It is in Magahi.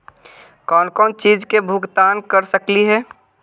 कौन कौन चिज के भुगतान कर सकली हे?